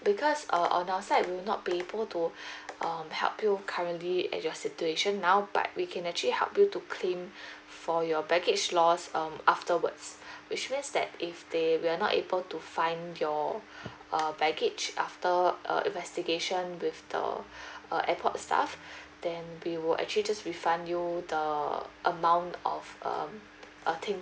because err on our side we'll not be able to um help you currently at your situation now but we can actually help you to claim for your baggage loss um afterwards which means that if they we are not able to find your err baggage after uh investigation with the uh airport staff then we will actually just refund you the amount of um uh things